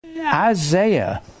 Isaiah